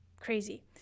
crazy